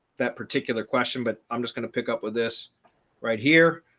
that particular question, but i'm just going to pick up with this right here.